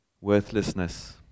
worthlessness